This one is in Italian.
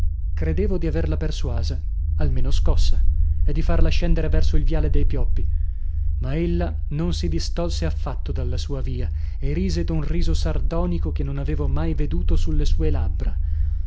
credevo di averla persuasa almeno scossa e di farla scendere verso il viale dei pioppi ma ella non si distolse affatto dalla sua via e rise d'un riso sardonico che non avevo mai veduto sulle sue labbra